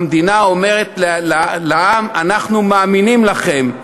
המדינה אומרת לעם: אנחנו מאמינים לכם.